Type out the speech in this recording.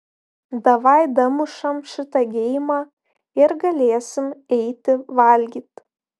davai damušam šitą geimą ir galėsim eiti valgyt